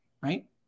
right